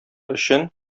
өчен